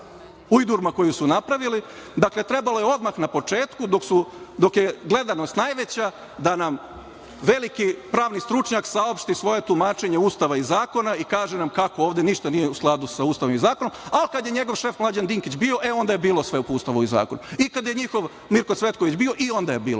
ujdurma koju su napravili.9/1 VS/MJ 11.30 – 11.40Dakle, trebalo je odmah na početku dok je gledanost najveća da nam veliki pravni stručnjak saopšti svoje tumačenje Ustava i zakona i kaže nam kako ovde ništa nije u skladu sa Ustavom i zakonom, a kad je njegov šef Mlađan Dinkić bio, e onda je sve bilo po Ustavu i zakon i kada je njihov Mirko Cvetković bio i onda je bilo